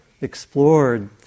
explored